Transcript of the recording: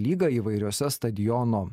lygą įvairiose stadiono